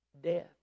Death